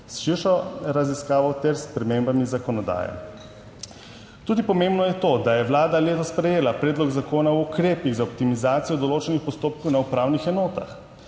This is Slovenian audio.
s širšo raziskavo ter s spremembami zakonodaje. Tudi pomembno je to, da je Vlada letos sprejela Predlog zakona o ukrepih za optimizacijo določenih postopkov na upravnih enotah.